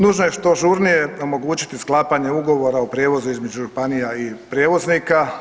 Nužno je što žurnije omogućiti sklapanje Ugovora o prijevozu između županija i prijevoznika.